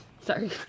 sorry